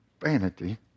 vanity